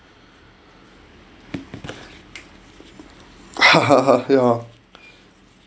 ya